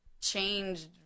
changed